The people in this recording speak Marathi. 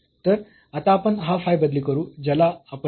तर आता आपण हा फाय बदली करू ज्याला आपण मोजलेले आहे